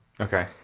Okay